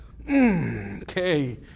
okay